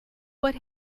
what